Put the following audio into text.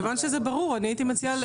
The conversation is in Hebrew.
מכיוון שזה ברור אני הייתי מציעה,